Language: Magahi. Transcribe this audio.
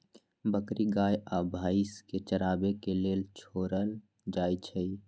बकरी गाइ आ भइसी के चराबे के लेल छोड़ल जाइ छइ